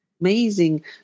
amazing